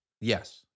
Yes